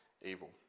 evil